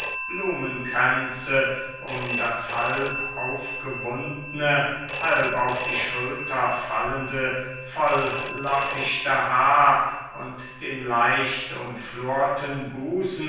blumenkränze um das halb aufgewundne halb auf die schulter fallende volllockichte haar und den leicht umflorten busen